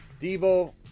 devo